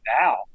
now